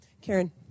Karen